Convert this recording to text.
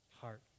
heart